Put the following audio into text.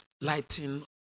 lighting